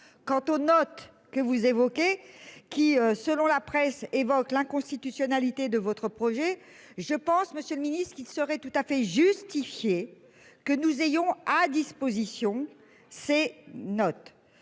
Quant aux notes que vous évoquez qui selon la presse évoquent l'inconstitutionnalité de votre projet. Je pense. Monsieur le Ministre qu'il serait tout à fait justifiée. Que nous ayons à disposition. C'est notre